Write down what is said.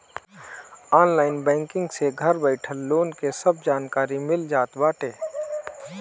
online banking से घर बइठल लोन के सब जानकारी मिल जात बाटे